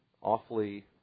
awfully